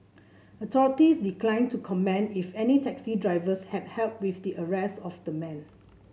authorities declined to comment if any taxi drivers had help with the arrest of the man